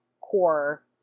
core